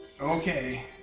Okay